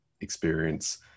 experience